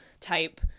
type